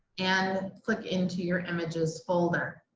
and click into your images folder.